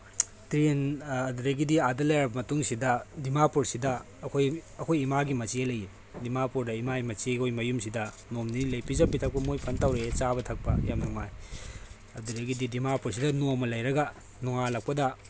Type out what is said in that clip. train ꯑꯗꯨꯗꯒꯤ ꯑꯥꯗ ꯂꯩꯔꯕ ꯃꯇꯨꯡꯁꯤꯗ ꯗꯤꯃꯥꯄꯨꯔꯁꯤꯗ ꯑꯩꯈꯣꯏ ꯑꯩꯈꯣꯏ ꯏꯃꯥꯒꯤ ꯃꯆꯦ ꯂꯩꯑꯦ ꯗꯤꯃꯥꯄꯨꯔꯗ ꯏꯃꯥꯒꯤ ꯃꯆꯦ ꯍꯣꯏꯒꯤ ꯃꯌꯨꯝꯁꯤꯗ ꯅꯣꯡ ꯅꯤꯅꯤ ꯂꯩ ꯄꯤꯖ ꯄꯤꯊꯛꯄ ꯝꯣꯏ ꯐꯖꯅ ꯇꯧꯔꯛꯑꯦ ꯆꯥꯕ ꯊꯛꯄ ꯌꯥꯝ ꯅꯨꯉꯥꯏ ꯑꯗꯨꯗꯒꯤꯗꯤ ꯗꯤꯃꯥꯄꯨꯔꯁꯤꯗ ꯅꯣꯡꯃ ꯂꯩꯔꯒ ꯅꯣꯉꯥꯜꯂꯛꯄꯗ